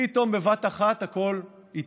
פתאום בבת אחת הכול התהפך.